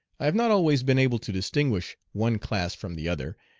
i have not always been able to distinguish one class from the other,